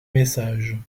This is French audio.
message